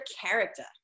character